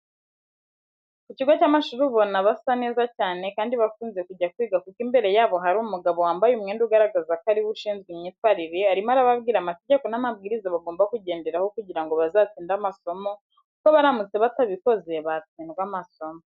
Ku kigo cy'amashuri ubona basa neza cyane kandi bakunze kujya kwiga kuko imbere yabo hari umugabo wambaye umwenda ugaragaza ko ariwe ushinzwe imyitwarire arimo arababwira amategeko n'amabwiriza bagomba kugenderaho kugira ngo bazatsinde amasomo kuko baramutse batabikoze batsindwa amasomo.